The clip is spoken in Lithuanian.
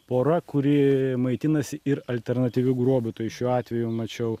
pora kuri maitinasi ir alternatyviu grobiu tai šiuo atveju mačiau